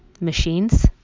Machines